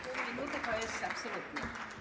Pół minuty to jest absolutnie.